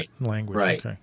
language